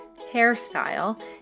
hairstyle